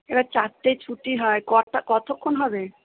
এবার চারটেয় ছুটি হয় কটা কতক্ষণ হবে